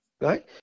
right